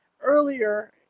earlier